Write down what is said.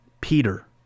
Peter